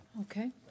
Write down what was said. Okay